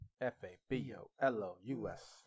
F-A-B-O-L-O-U-S